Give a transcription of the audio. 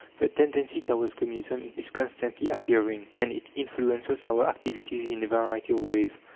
the tendency towards communism is constantly appearing, and it influences our activities in a variety of ways.